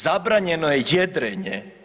Zabranjeno je jedrenje.